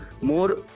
more